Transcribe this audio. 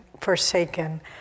forsaken